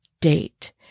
date